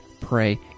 Pray